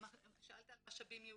שאלת על משאבים ייעודיים,